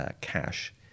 cash